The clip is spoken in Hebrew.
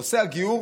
נושא הגיור,